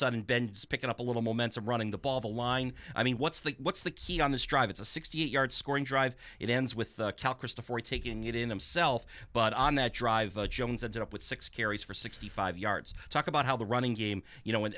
sudden bends picking up a little momentum running the ball the line i mean what's the what's the key on this drive it's a sixty eight yard scoring drive it ends with cal christopher taking it in himself but on that drive of jones ended up with six carries for sixty five yards talk about how the running game you know wen